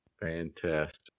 Fantastic